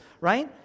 right